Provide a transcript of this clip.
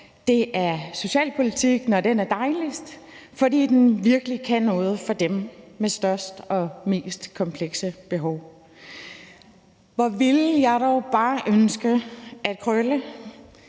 Det er socialpolitik, når den er dejligst, fordi den virkelig kan noget for dem med de største og mest komplekse behov. Hvor ville jeg dog bare ønske, at Krølle,